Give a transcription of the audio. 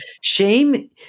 Shame